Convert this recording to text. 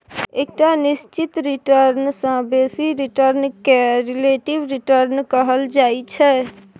एकटा निश्चित रिटर्न सँ बेसी रिटर्न केँ रिलेटिब रिटर्न कहल जाइ छै